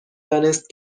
دانست